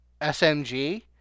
SMG